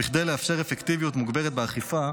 כדי לאפשר אפקטיביות מוגברת באכיפה,